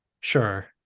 Sure